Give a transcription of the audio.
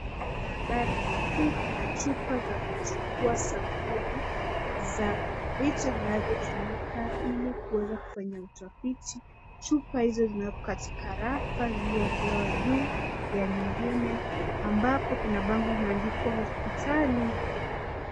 Kwenye maabara makuu kuna chupa za kuchukua sampuli za vitu vinavyotumika ili kuweza kufanya utafiti . Chupa hizo zimewekwa katika rafa zilizowekelewa juu ya nyingine ambapo kuna bango limeandikwa hospitali.